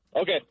Okay